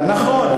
נכון.